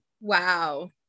Wow